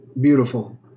beautiful